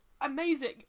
amazing